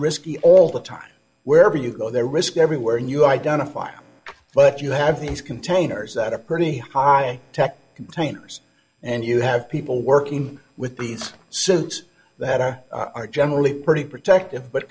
risky all the time wherever you go there are risks everywhere and you identify but you have these containers that are pretty high tech containers and you have people working with these suits that are are generally pretty protective but